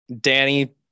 danny